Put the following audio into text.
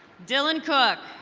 dylan cook.